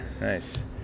nice